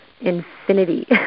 infinity